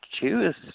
choose